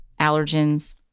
allergens